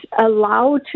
allowed